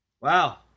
Wow